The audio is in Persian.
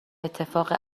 اتفاق